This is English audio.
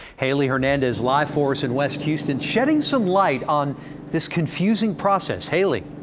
haley hernandez live for us in west houston shedding some light on this confusing process. haley?